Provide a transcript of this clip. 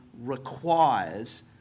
requires